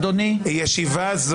אדוני היושב-ראש,